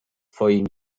twoim